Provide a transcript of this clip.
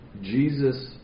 Jesus